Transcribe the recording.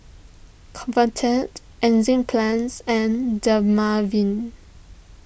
Convatec Enzyplex and Dermaveen